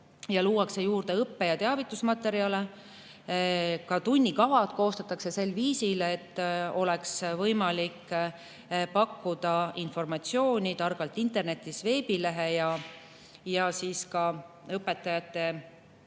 ja luuakse juurde õppe- ja teavitusmaterjale. Ka tunnikavad koostatakse sel viisil, et oleks võimalik pakkuda informatsiooni "Targalt internetis" veebilehe ja ka õpetajatele